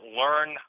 learn